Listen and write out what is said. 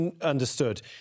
Understood